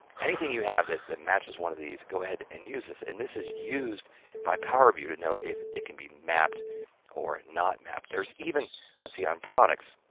anything you have that matches one of these go ahead and use this and this is used by power view to know if it can be mapped or not mapped. there's even let's see on products,